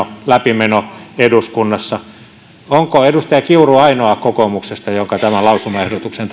läpimeno eduskunnassa onko edustaja kiuru ainoa kokoomuksesta joka tämän lausumaehdotuksen